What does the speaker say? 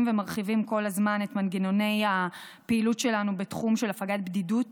ומרחיבים כל הזמן את מנגנוני הפעילות שלנו בתחום של הפגת בדידות